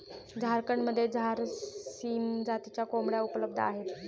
झारखंडमध्ये झारसीम जातीच्या कोंबड्या उपलब्ध आहेत